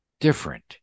different